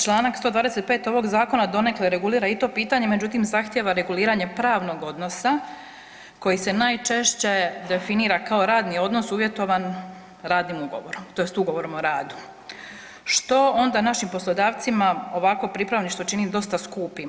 Čl. 125. ovog zakona donekle regulira i to pitanje, međutim zahtjeva reguliranje pravnog odnosa koji se najčešće definira kao radni odnos uvjetovan radnim ugovorom tj. Ugovorom o radu, što onda našim poslodavcima ovakvo pripravništvo čini dosta skupim.